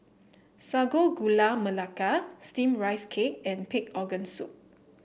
Sago Gula Melaka steamed Rice Cake and Pig Organ Soup